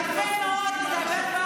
על השופטים.